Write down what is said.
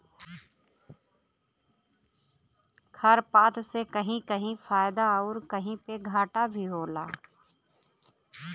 खरपात से कहीं कहीं फायदा आउर कहीं पे घाटा भी होला